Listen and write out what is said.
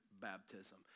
baptism